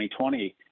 2020